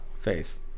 Face